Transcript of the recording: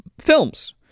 films